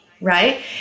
right